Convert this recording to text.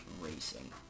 racing